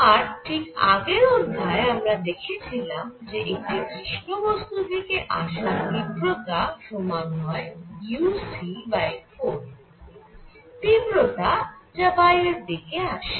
আর ঠিক আগের অধ্যায়ে আমরা দেখেছিলাম যে একটি কৃষ্ণ বস্তু থেকে আসা তীব্রতা সমান হয় uc4 তীব্রতা যা বাইরের দিকে আসে